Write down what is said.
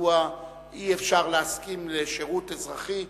מדוע אי-אפשר להסכים לשירות אזרחי.